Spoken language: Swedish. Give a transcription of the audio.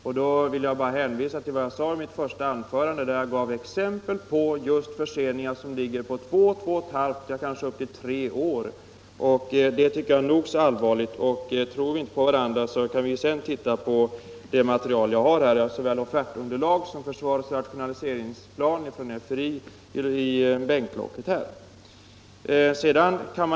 Då vill jag hänvisa till 229 vad jag sade i mitt första anförande, där jag också gav exempel på förseningar på två, två och ett halvt eller tre år. Det tycker jag är nog så allvarligt. Om vi inte tror på varandra, så kan vi ju se på det material som jag har här i min bänk, bl.a. offertunderlag och rationaliseringsplan från försvarets rationaliseringsinstitut (FRD.